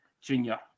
Junior